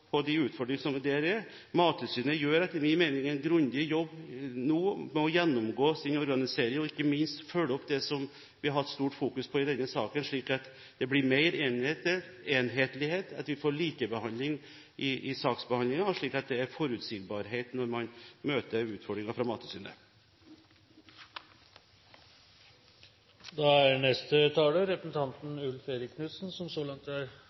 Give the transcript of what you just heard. og svare på de utfordringene som er. Mattilsynet gjør etter min mening en grundig jobb med å gjennomgå sin organisering og ikke minst følge opp det som vi har hatt stort fokus på i denne saken, slik at det blir mer enhetlighet. Man får likebehandling i saksbehandlingen, og man får forutsigbarhet når man møter utfordringen fra